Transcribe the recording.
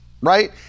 right